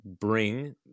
bring